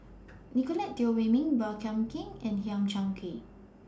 Nicolette Teo Wei Min Baey Yam Keng and Hang Chang Chieh